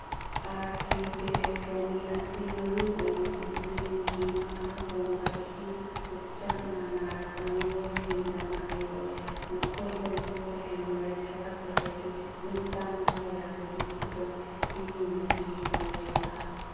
ꯑꯥꯔꯀꯤ vitrectomy ꯑꯁꯤ ꯃꯔꯨꯑꯣꯏꯅ ꯏꯟꯁꯨꯂꯤꯟꯒꯤ ꯃꯈꯥ ꯄꯣꯟꯕ ꯏꯁꯤꯡ ꯄꯨꯛꯆꯥꯛꯅ ꯅꯥꯔꯕ ꯃꯤꯑꯣꯏꯁꯤꯡꯗ ꯃꯍꯩ ꯑꯣꯏ ꯃꯈꯣꯏꯗ ꯃꯤꯠꯇ ꯍꯦꯃꯣꯔꯦꯁ ꯊꯣꯛꯂꯛꯄꯗꯒꯤ ꯃꯤꯠ ꯇꯥꯡꯕ ꯌꯥꯕꯒꯤ ꯈꯨꯗꯣꯡ ꯊꯤꯅꯤꯅꯒꯤ ꯍꯦꯟꯅ ꯂꯩꯕ